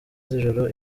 z’ijoro